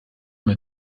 mit